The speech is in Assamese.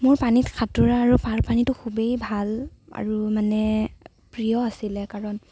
মোৰ পানীত সাতোঁৰা আৰু পাৰ পানীতো খুবেই ভাল আৰু মানে প্ৰিয় আছিলে কাৰণ